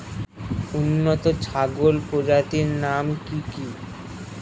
উন্নত ছাগল প্রজাতির নাম কি কি?